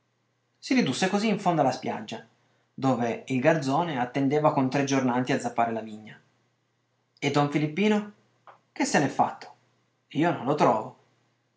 si ridusse così in fondo alla piaggia dove il garzone attendeva con tre giornanti a zappare la vigna e don filippino che se n'è fatto io non lo trovo